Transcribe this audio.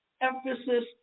emphasis